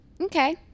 Okay